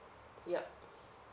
yup